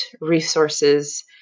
resources